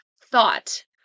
thought